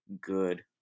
Good